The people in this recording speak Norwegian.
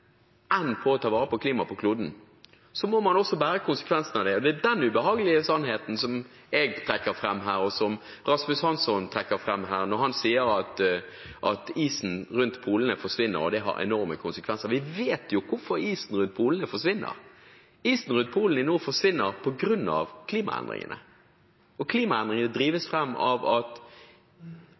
enn på å ta vare på klimaet på kloden, må man også ta konsekvensene av det. Det er den ubehagelige sannheten som jeg trekker fram her, og som Rasmus Hansson trekker fram her når han sier at isen rundt polene forsvinner, og at det har enorme konsekvenser. Vi vet hvorfor isen rundt polene forsvinner. Isen rundt polene i nord forsvinner på grunn av klimaendringene, og klimaendringene drives fram av at